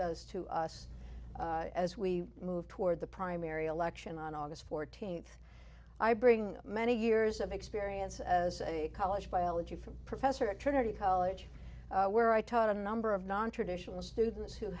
does to us as we move toward the primary election on august fourteenth i bring many years of experience as a college biology from a professor at trinity college where i taught a number of nontraditional students who